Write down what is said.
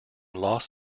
los